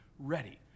ready